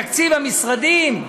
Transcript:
תקציב המשרדים,